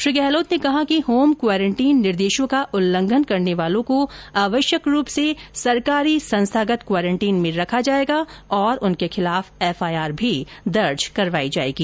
श्री गहलोत ने कहा कि होम क्वारेंटीन निर्देशों का उल्लंघन करने वालों को आवश्यक रूप से सरकारी संस्थागत क्वारेंटीन में रखा जाएगा और उनके खिलाफ एफआईआर भी दर्ज करवाई जाएगी